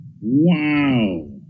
Wow